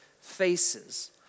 faces